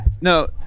No